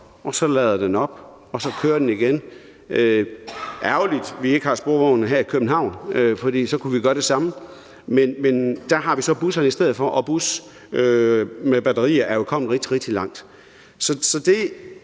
og så lader den op, og så kører saksen igen – at det er ærgerligt, at vi ikke har sporvogne her i København, for så kunne vi gøre det samme. Men der har vi så busserne i stedet for, og busser med batterier er jo kommet rigtig, rigtig langt. Så det,